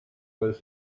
was